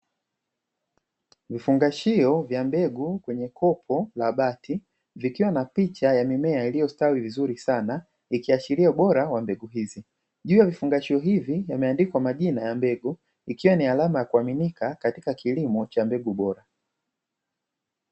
Vifungashio vya mbegu kwenye kopo la bati vikiwa na picha ya mimea iliyostawi vizuri sana, ikiashiria ubora wa mbegu hizi juu ya kifungashio hichi kumeandikwa majina ya mbegu hizi ikiwa ni alama ya kuaminika katika kilimo cha mbegu bora.